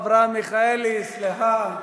אברהם מיכאלי, סליחה.